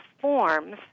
forms